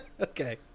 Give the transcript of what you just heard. Okay